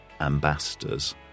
ambassadors